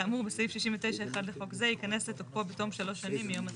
כאמור בסעיף 69(1) לחוק זה יכנס לתוקפו בתום שלוש שנים מיום התחילה.